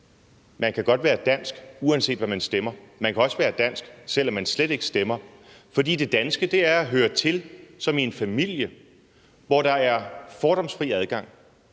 at man godt kan være dansk, uanset hvad man stemmer, og man kan også være dansk, selv om man slet ikke stemmer. For det danske er at høre til som i en familie, hvor der er fordomsfri adgang.